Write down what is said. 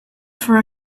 for